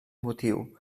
motiu